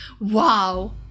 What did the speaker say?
wow